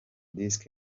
disk